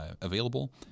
available